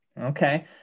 Okay